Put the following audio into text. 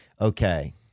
Okay